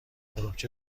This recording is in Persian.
تربچه